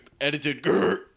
edited